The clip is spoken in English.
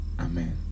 Amen